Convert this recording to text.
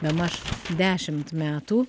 bemaž dešimt metų